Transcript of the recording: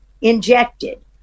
injected